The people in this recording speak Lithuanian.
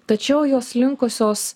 tačiau jos linkusios